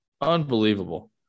Unbelievable